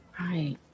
Right